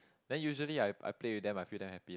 then usually I I play with them I feel damn happy lah